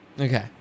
Okay